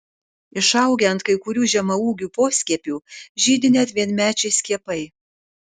išaugę ant kai kurių žemaūgių poskiepių žydi net vienmečiai skiepai